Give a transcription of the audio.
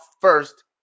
first